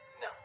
No